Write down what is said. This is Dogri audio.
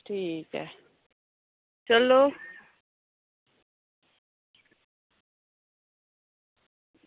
ठीक ऐ चलो